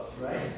right